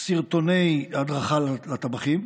סרטוני הדרכה לטבחים,